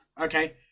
okay